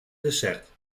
dessert